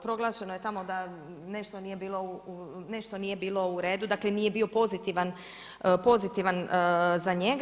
Proglašeno je tamo da nešto nije bilo u redu, dakle nije bio pozitivan za njega.